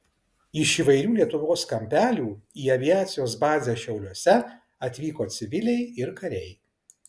iš įvairių lietuvos kampelių į aviacijos bazę šiauliuose atvyko civiliai ir kariai